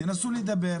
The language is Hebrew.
תנסו לדבר,